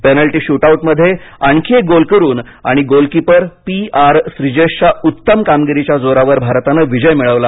penalty shoot आउटमध्ये आणखी एक गोल करून आणि गोलकीपर पी आर श्रीजेशच्या उत्तम कामगिरीच्या जोरावर भारताने विजय मिळवला